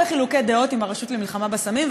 חילוקי דעות עם הרשות למלחמה בסמים,